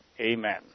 Amen